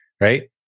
right